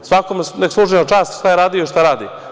Svakome neka služi na čast šta je radio i šta radi.